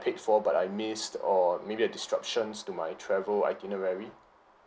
paid for but I missed or maybe a disruptions to my travel itinerary